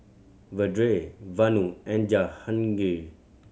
Vedre Vanu and Jahangir